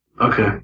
Okay